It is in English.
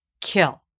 kill